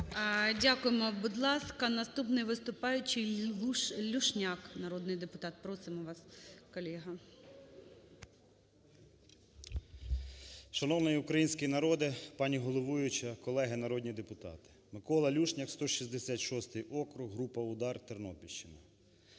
Дякуємо. Будь ласка, наступний виступаючий Люшняк народний депутат. Просимо вас, колего. 13:16:22 ЛЮШНЯК М.В. Шановний український народе! Пані головуюча! Колеги народні депутати! Микола Люшняк, 166-й округ, група "УДАР", Тернопільщина.